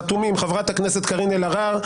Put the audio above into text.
החתומים חברת הכנסת קארן אלהרר,